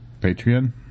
Patreon